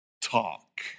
talk